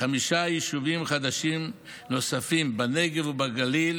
חמישה יישובים חדשים נוספים בנגב ובגליל